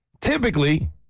Typically